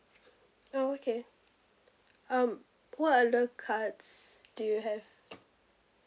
oh okay um what other cards do you have